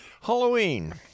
Halloween